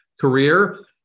career